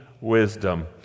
wisdom